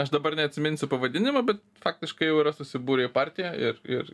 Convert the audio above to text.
aš dabar neatsiminsiu pavadinimo bet faktiškai jau yra susibūrę į partiją ir ir